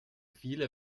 viele